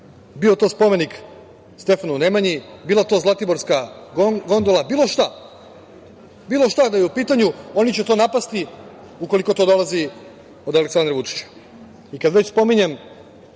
bio to spomenik Stefanu Nemanji, bila to zlatiborska gondola, bilo šta, bilo šta da je u pitanju, oni će to napasti ukoliko to dolazi od Aleksandra Vučića.I kad već spominjem